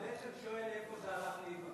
אתה בעצם שואל איפה זה הלך לאיבוד?